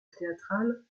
théâtrale